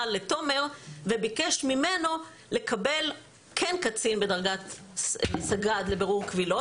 לתומר וביקש ממנו לקבל כן קצין בדרגת סג"ד לבירור קבילות.